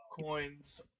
coins